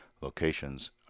locations